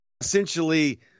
essentially